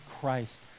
Christ